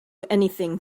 anything